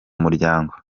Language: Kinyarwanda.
muryango